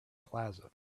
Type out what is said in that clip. plaza